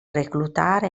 reclutare